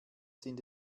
sind